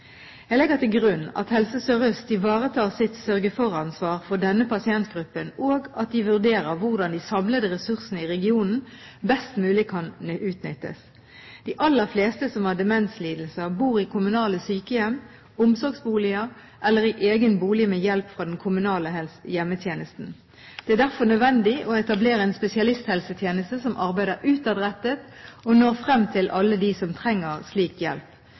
Jeg legger til grunn at Helse Sør-Øst ivaretar sitt sørge-for-ansvar for denne pasientgruppen, og at de vurderer hvordan de samlede ressursene i regionen best mulig kan utnyttes. De aller fleste som har demenslidelser, bor i kommunale sykehjem, omsorgsboliger eller i egen bolig med hjelp fra den kommunale hjemmetjenesten. Det er derfor nødvendig å etablere en spesialisthelsetjeneste som arbeider utadrettet og når frem til alle dem som trenger slik hjelp.